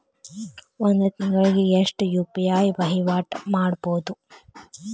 ಒಂದ್ ತಿಂಗಳಿಗೆ ಎಷ್ಟ ಯು.ಪಿ.ಐ ವಹಿವಾಟ ಮಾಡಬೋದು?